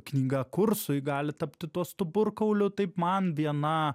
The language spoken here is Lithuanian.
knyga kursui gali tapti tuo stuburkauliu taip man viena